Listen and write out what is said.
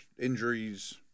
injuries